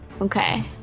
Okay